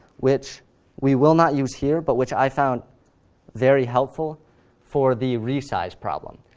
which we will not use here, but which i found very helpful for the resize problem.